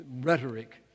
rhetoric